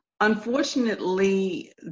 Unfortunately